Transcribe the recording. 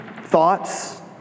thoughts